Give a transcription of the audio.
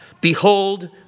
Behold